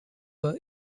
were